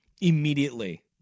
immediately